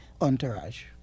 entourage